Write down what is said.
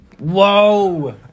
Whoa